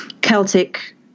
Celtic